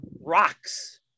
Rocks